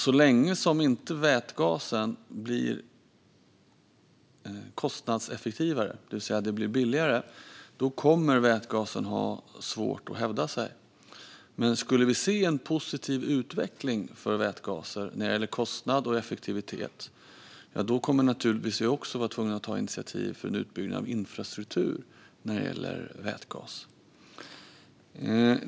Så länge vätgasen inte är mer kostnadseffektiv, det vill säga billigare, kommer vätgasen ha svårt att hävda sig. Skulle vi dock se en positiv utveckling för vätgas vad gäller kostnad och effektivitet kommer vi givetvis att behöva ta initiativ för en utbyggnad av infrastrukturen för vätgasbilar.